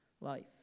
life